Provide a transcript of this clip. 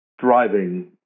driving